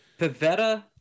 Pavetta